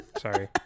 Sorry